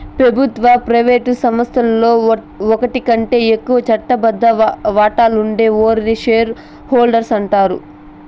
పెబుత్వ, ప్రైవేటు సంస్థల్ల ఓటికంటే ఎక్కువ చట్టబద్ద వాటాలుండే ఓర్ని షేర్ హోల్డర్స్ అంటాండారు